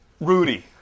Rudy